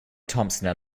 thompson